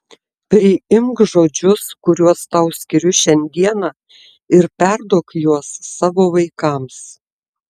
priimk žodžius kuriuos tau skiriu šiandieną ir perduok juos savo vaikams